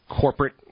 corporate